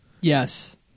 yes